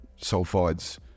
sulfides